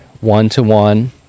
one-to-one